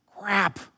Crap